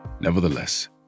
Nevertheless